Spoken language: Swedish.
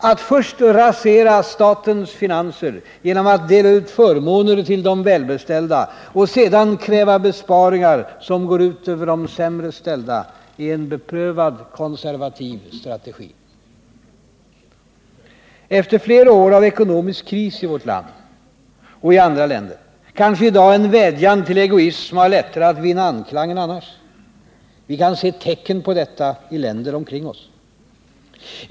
Att först rasera statens finanser genom att dela ut förmåner till de välbeställda och sedan kräva besparingar som går ut över de sämre ställda, är en beprövad konservativ strategi. Efter flera år av ekonomisk kris i vårt land och i andra länder kanske i dag en vädjan till egoism har lättare att vinna anklang än annars. Vi kan se tecknen på detta i länder omkring oss.